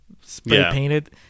spray-painted